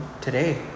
today